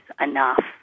enough